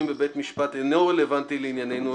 בבית המשפט אינו רלוונטי לענייננו,